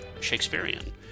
Shakespearean